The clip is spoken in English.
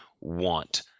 want